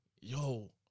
yo